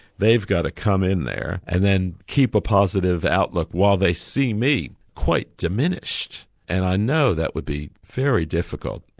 they've got to come in there and then keep a positive outlook while they see me quite diminished and i know that would be very difficult.